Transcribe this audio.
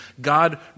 God